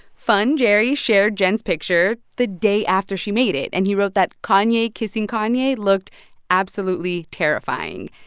funjerry shared jen's picture the day after she made it, and he wrote that kanye kissing kanye looked absolutely terrifying.